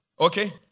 Okay